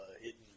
hidden